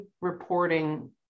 reporting